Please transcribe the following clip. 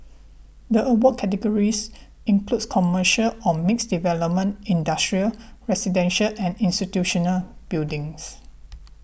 the award categories include commercial or mixed development industrial residential and institutional buildings